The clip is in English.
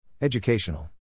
Educational